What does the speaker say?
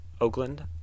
Oakland